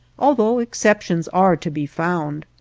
although exceptions are to be found.